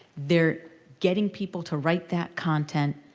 they're getting people to write that content